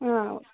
ಹಾಂ